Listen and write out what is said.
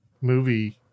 movie